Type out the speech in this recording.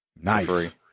Nice